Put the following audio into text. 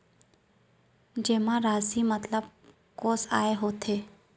जेमा राशि मतलब कोस आय होथे?